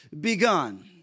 begun